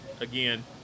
again